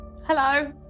Hello